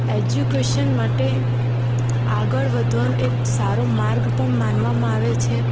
education માટે આગળ વધવાનો એક સારો માર્ગ પણ માનવામાં આવે છે